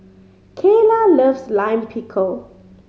Cayla loves Lime Pickle